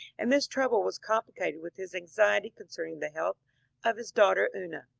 and this trouble was complicated with his anxiety concerning the health of his daughter una.